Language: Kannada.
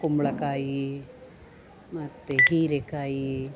ಕುಂಬಳಕಾಯಿ ಮತ್ತು ಹೀರೆಕಾಯಿ